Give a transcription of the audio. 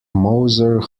moser